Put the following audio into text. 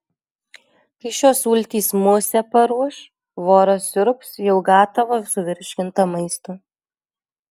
kai šios sultys musę paruoš voras siurbs jau gatavą suvirškintą maistą